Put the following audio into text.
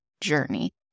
journey